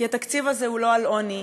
כי התקציב הזה הוא לא על עוני,